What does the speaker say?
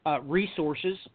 resources